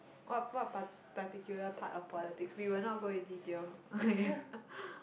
what what par~ particular part of politics we will not go in detail